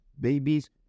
babies